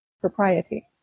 propriety